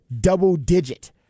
double-digit